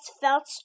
felt